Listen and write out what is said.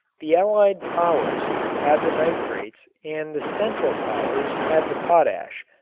the allied powers had the nitrates and the central powers had the potash.